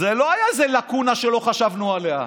זו לא הייתה איזו לקונה שלא חשבנו עליה.